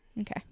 Okay